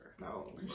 No